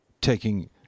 taking